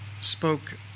spoke